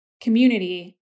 community